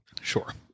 Sure